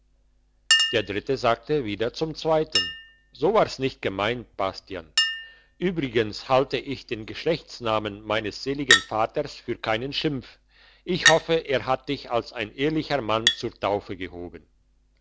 der dritte sagte wieder zum zweiten so war's nicht gemeint bastian übrigens halte ich den geschlechtsnamen meines seligen vaters für keinen schimpf ich hoffe er hat dich als ein ehrlicher mann zur taufe gehoben